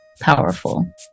powerful